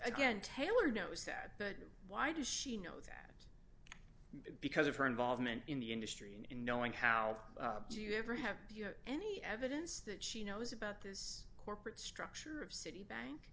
can tailor knows that but why does she know that because of her involvement in the industry and in knowing how do you ever have any evidence that she knows about this corporate structure of citibank